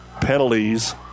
penalties